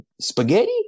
spaghetti